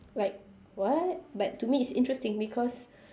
like what but to me it's interesting because